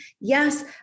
Yes